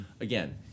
again